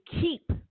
keep